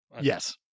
Yes